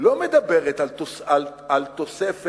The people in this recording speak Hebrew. לא מדברת על תוספת